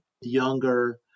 younger